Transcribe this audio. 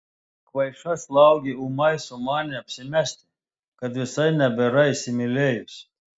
kvaiša slaugė ūmai sumanė apsimesti kad visai nebėra įsimylėjusi